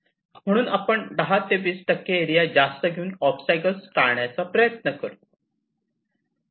म्हणून आपण 10 ते 20 टक्के एरिया जास्त घेऊन ओबस्टॅकल्स टाळण्याचा प्रयत्न करतो